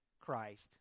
Christ